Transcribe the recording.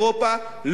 לא ירד.